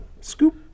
Scoop